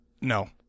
No